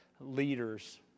leaders